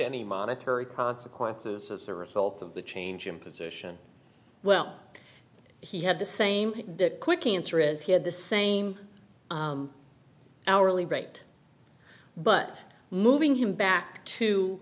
any monetary consequences of the result of the change in position well he had the same quick answer is he had the same hourly rate but moving him back to